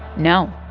no